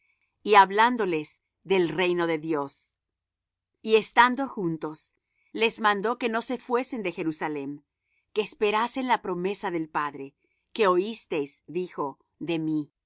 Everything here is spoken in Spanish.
y hablándo les del reino de dios y estando juntos les mandó que no se fuesen de jerusalem sino que esperasen la promesa del padre que oísteis dijo de mí